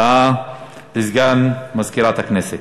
הודעה לסגן מזכירת הכנסת.